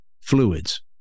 fluids